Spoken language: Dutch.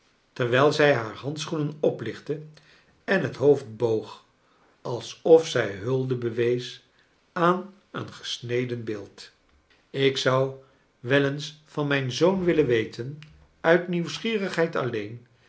terwrjl zij haar handschoenen oplichtte en het hoofd boog alsof zij hulde bewees aan een gesneden beeld ik zou wel eens van mijn zoon willen weten uit nieuwsgierigheid alleen